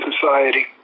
society